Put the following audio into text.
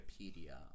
Wikipedia